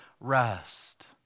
rest